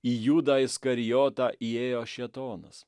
į judą iskarijotą įėjo šėtonas